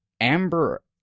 Amber